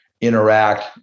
interact